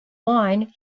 wine